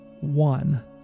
one